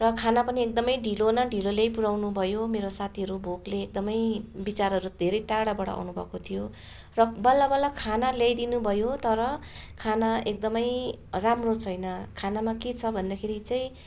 र खाना पनि एकदमै ढिलो न ढिलो ल्याइपुर्याउनु भयो मेरो साथीहरू भोकले एकदमै बिचराहरू धेरै टाढाबाट आउनु भएको थियो र बल्ल बल्ल खाना ल्याइदिनु भयो तर खाना एकदमै राम्रो छैन खानामा के छ भन्दाखेरि चाहिँ